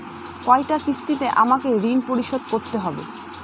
কয়টা কিস্তিতে আমাকে ঋণ পরিশোধ করতে হবে?